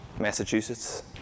Massachusetts